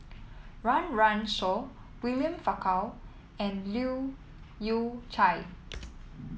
Run Run Shaw William Farquhar and Leu Yew Chye